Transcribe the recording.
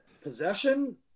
possession